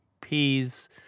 peas